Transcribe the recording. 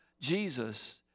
Jesus